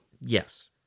Yes